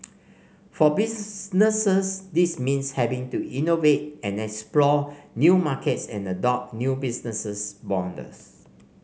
for businesses this means having to innovate and explore new markets and adopt new business models